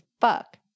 fuck